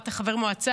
אתה חבר מועצה,